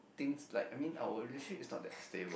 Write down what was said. things like I mean our relationship is not that stable